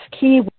key